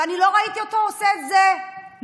ואני לא ראיתי אותו עושה את זה לאורבך